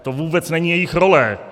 To vůbec není jejich role.